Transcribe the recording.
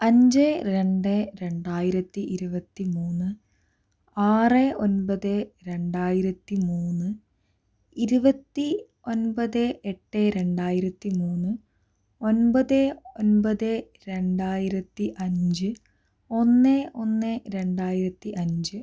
അഞ്ച് രണ്ട് രണ്ടായിരത്തി ഇരുപത്തി മൂന്ന് ആറ് ഒൻപത് രണ്ടായിരത്തി മൂന്ന് ഇരുപത്തി ഒൻപത് എട്ട് രണ്ടായിരത്തി മൂന്ന് ഒൻപത് ഒൻപത് രണ്ടായിരത്തി അഞ്ച് ഒന്ന് ഒന്ന് രണ്ടായിരത്തി അഞ്ച്